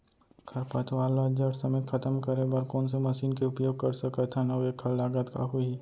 खरपतवार ला जड़ समेत खतम करे बर कोन से मशीन के उपयोग कर सकत हन अऊ एखर लागत का होही?